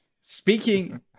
Speaking